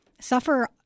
suffer